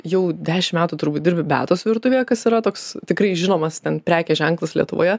jau dešimt metų turbūt dirbi beatos virtuvėje kas yra toks tikrai žinomas ten prekės ženklas lietuvoje